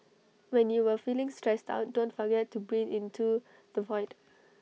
when you are feeling stressed out don't forget to breathe into the void